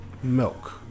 Milk